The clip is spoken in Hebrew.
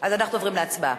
אז אנחנו עוברים להצבעה.